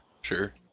sure